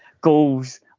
goals